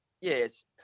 yes